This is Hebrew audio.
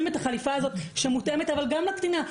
את החליפה הזאת שמתואמת אבל גם לקטינה.